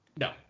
No